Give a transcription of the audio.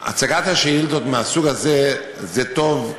הצגת השאילתות מהסוג הזה זה טוב,